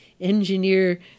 engineer